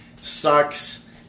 sucks